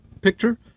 picture